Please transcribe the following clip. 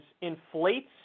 inflates